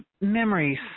memories